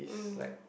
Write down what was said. mm